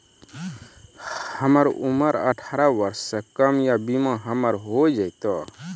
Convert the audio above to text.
हमर उम्र अठारह वर्ष से कम या बीमा हमर हो जायत?